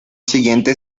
siguiente